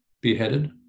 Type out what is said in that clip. beheaded